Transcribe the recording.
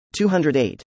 208